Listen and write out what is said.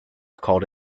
called